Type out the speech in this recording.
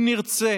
אם נרצה